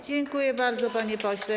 Dziękuję bardzo, panie pośle.